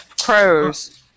Crows